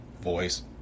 voice